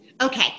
Okay